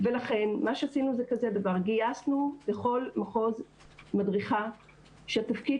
ולכן מה שעשינו זה כזה דבר: גייסנו לכל מחוז מדריכה שהתפקיד